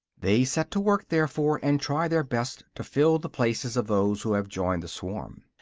they set to work, therefore, and try their best to fill the places of those who have joined the swarm.